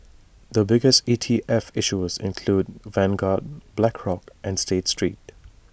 the biggest E T F issuers include Vanguard Blackrock and state street